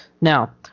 now